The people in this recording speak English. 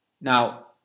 now